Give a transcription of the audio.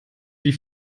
wie